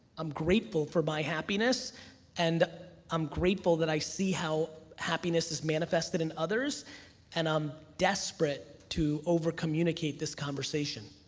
i'm grateful for my happiness and i'm grateful that i see how happiness is manifested in others and i'm desperate to over communicate this conversation